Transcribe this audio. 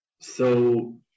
So-